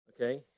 okay